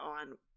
on